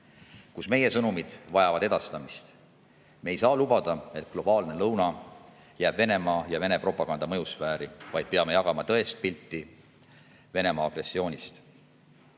kus meie sõnumid vajavad edastamist. Me ei saa lubada, et globaalne lõuna jääb Venemaa ja Vene propaganda mõjusfääri, vaid peame jagama tõest pilti Venemaa agressioonist.